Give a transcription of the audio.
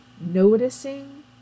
noticing